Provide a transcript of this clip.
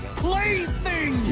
plaything